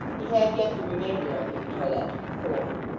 he had yet the remainder of his toilet to perform.